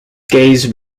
gaze